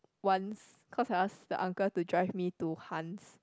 once because I ask the uncle to drive me to Han's